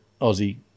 Aussie